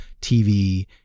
TV